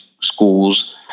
schools